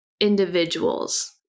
individuals